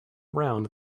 around